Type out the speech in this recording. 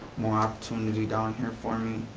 more opportunity down here for me,